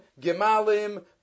gemalim